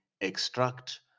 extract